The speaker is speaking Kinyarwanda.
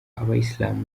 abayisilamu